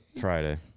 Friday